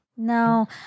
No